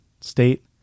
state